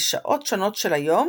בשעות שונות של היום